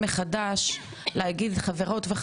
במקום שהדיון הזה של כל כך הרבה כסף,